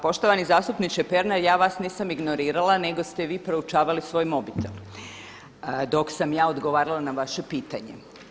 Poštovani zastupniče Pernar, ja vam nisam ignorirali nego ste vi proučavali svoj mobitel dok sam ja odgovarala na vaše pitanje.